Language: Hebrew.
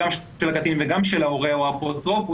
גם של הקטין וגם של ההורה או האפוטרופוס,